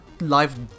life